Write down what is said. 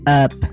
up